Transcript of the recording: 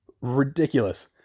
ridiculous